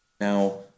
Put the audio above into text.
Now